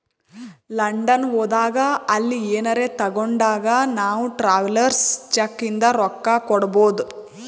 London ಹೋದಾಗ ಅಲ್ಲಿ ಏನರೆ ತಾಗೊಂಡಾಗ್ ನಾವ್ ಟ್ರಾವೆಲರ್ಸ್ ಚೆಕ್ ಇಂದ ರೊಕ್ಕಾ ಕೊಡ್ಬೋದ್